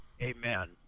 Amen